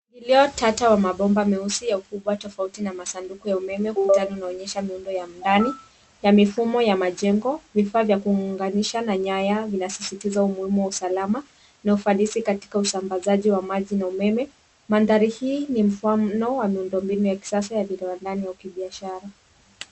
Vileo tata wa mabomba meusi ya ukubwa tofauti na masanduku ya umeme kubwa unaonyesha muundo ya mndani, ya mifumo ya majengo vifaa vya kuunganisha na nyaya vinasisitiza umuhimu wa usalama na ufanisi katika usambazaji wa maji na umeme. Mandhari hii ni mfano wa muundo mbinu wa kisasa ya vileo nane wa kibiashara.